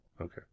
Okay